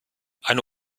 eine